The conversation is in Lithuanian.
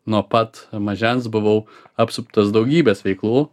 nuo pat mažens buvau apsuptas daugybės veiklų